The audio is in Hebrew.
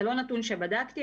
זה לא נתון שבדקתי,